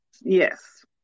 yes